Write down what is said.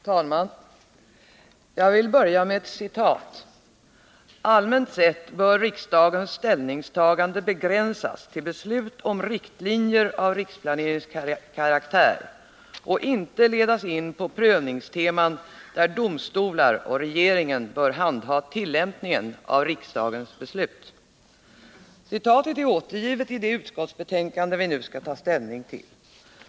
Herr talman! Jag vill börja med ett citat: ”Allmänt sett bör riksdagens ställningstagande ——— begränsas till beslut om riktlinjer av riksplaneringskaraktär och inte ledas in på prövningsteman där domstolar och regeringen bör handha tillämpningen av riksdagens beslut.” Citatet är återgivet i det utskottsbetänkande vi nu skall ta ställning till.